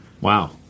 Wow